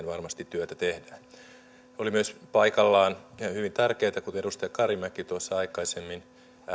varmasti työtä tehdään oli myös paikallaan ja hyvin tärkeätä kun kun edustaja karimäki aikaisemmin